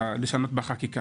לשנות בחקיקה,